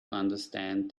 understand